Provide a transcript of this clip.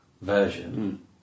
version